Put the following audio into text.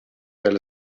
del